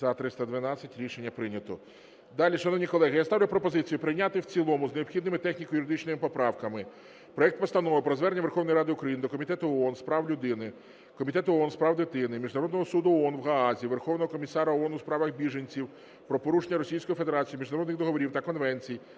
За-312 Рішення прийнято. Далі, шановні колеги, я ставлю пропозицію прийняти в цілому з необхідними техніко-юридичними поправками проект Постанови про звернення Верховної Ради України до Комітету ООН з прав людини, Комітету ООН з прав дитини, Міжнародного суду ООН в Гаазі, Верховного комісара ООН у справах біженців про порушення Російською Федерацією міжнародних договорів та конвенцій